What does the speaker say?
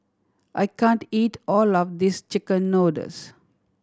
I can't eat all of this chicken noodles